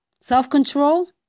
self-control